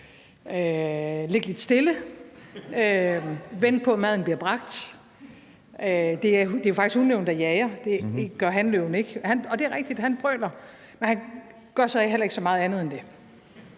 ligge lidt stille og vente på, at maden bliver bragt. Det er jo faktisk hunløven, der jager; det gør hanløven ikke. Det er rigtigt: Han brøler, men han gør så heller ikke så meget andet end det.